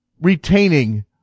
retaining